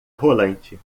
rolante